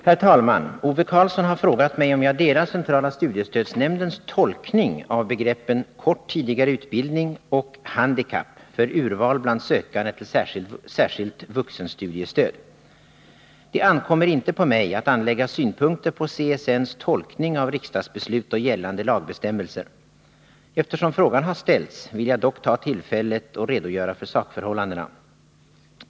Herr talman! Ove Karlsson har frågat mig om jag delar centrala studiestödsnämndens tolkning av begreppen ”kort tidigare utbildning” och ”handikapp” för urval bland sökande till särskilt vuxenstudiestöd. Det ankommer inte på mig att anlägga synpunkter på CSN:s tolkning av riksdagsbeslut och gällande lagbestämmelser. Eftersom frågan har ställts vill jag dock ta tillfället och redogöra för sakförhållandena.